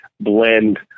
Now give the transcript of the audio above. blend